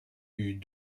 eut